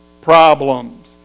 problems